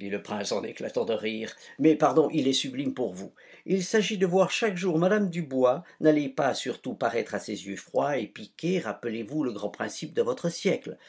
dit le prince en éclatant de rire mais pardon il est sublime pour vous il s'agit de voir chaque jour mme de dubois n'allez pas surtout paraître à ses yeux froid et piqué rappelez-vous le grand principe de votre siècle